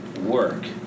work